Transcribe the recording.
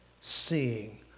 seeing